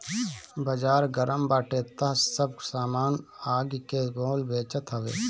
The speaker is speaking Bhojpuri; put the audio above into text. बाजार गरम बाटे तअ सब सामान आगि के मोल बेचात हवे